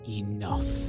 enough